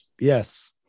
Yes